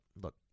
Look